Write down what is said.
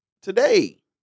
today